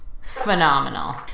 phenomenal